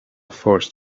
forced